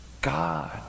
God